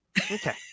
Okay